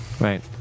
Right